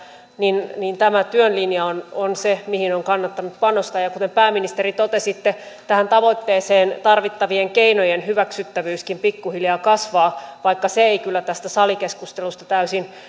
niin niin tämä työn linja on on se mihin on kannattanut panostaa kuten pääministeri totesitte tähän tavoitteeseen tarvittavien keinojen hyväksyttävyyskin pikkuhiljaa kasvaa vaikka se ei kyllä tästä salikeskustelusta täysin